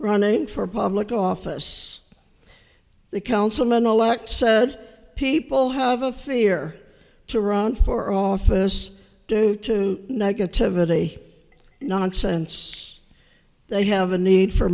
running for public office the councilman elect said people have a fear to run for office due to negativity nonsense they have a need for